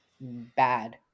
Bad